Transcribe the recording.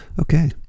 Okay